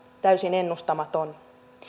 täysin ennustamaton